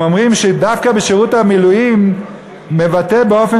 הם אומרים שדווקא שירות המילואים מבטא באופן